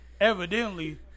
evidently